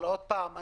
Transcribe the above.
עוד פעם,